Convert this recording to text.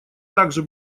также